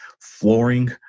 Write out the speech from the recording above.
flooring